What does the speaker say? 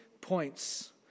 points